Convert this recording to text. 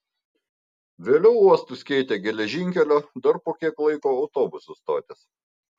vėliau uostus keitė geležinkelio dar po kiek laiko autobusų stotys